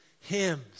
hymns